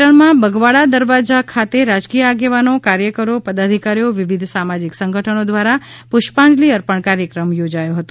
પાટણમાં બગવાડા દરવાજા ખાત રાજકીય આગપ્રાનો કાર્યકરો પદાધિકારીઓ વિવિધ સામાજીક સંગઠનો દ્વારા પુષ્પાંજલી અર્પણ કાર્યક્રમ યોજાયો હતો